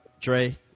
Dre